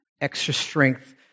extra-strength